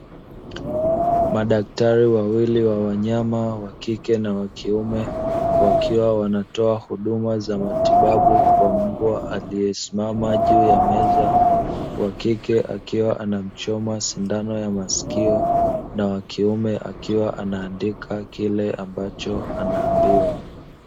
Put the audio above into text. Madaktari wawili wa wanyama wa kike na wa kiume wakiwa wanatoa huduma za matibabu kwa mbwa, aliyesimama juu ya meza. Wa kike akiwa anamchoma sindano ya masikio na wa kiume akiwa anaandika kile ambacho anaambiwa.